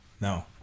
No